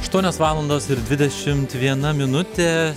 aštuonios valandos ir dvidešim viena minutė